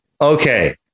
okay